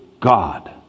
God